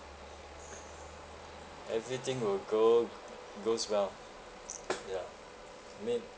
everything will go goes well ya I mean